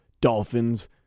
Dolphins